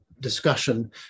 discussion